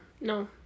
No